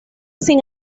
sin